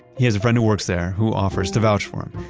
he has a friend who works there who offers to vouch for him.